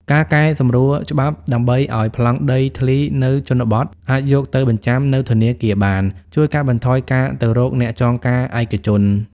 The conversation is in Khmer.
ការកែសម្រួលច្បាប់ដើម្បីឱ្យប្លង់ដីធ្លីនៅជនបទអាចយកទៅបញ្ចាំនៅធនាគារបាន ជួយកាត់បន្ថយការទៅរកអ្នកចងការឯកជន។